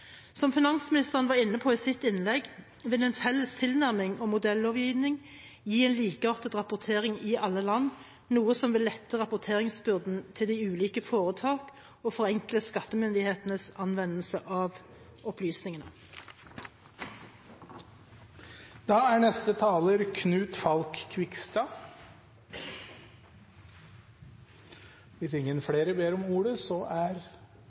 Som finansministeren var inne på i sitt innlegg, vil en felles tilnærming og modell-lovgivning gi en likeartet rapportering i alle land, noe som vil lette rapporteringsbyrden til de ulike foretak og forenkle skattemyndighetenes anvendelse av opplysningene.